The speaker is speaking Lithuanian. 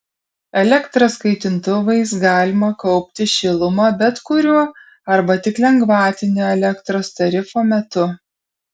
elektros kaitintuvais galima kaupti šilumą bet kuriuo arba tik lengvatinio elektros tarifo metu